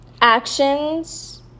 actions